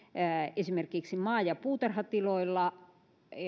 esimerkiksi maa ja puutarhatiloilla